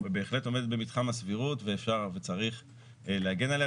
היא בהחלט עומדת במבחן הסבירות ואפשר וצריך להגן עליה,